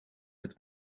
met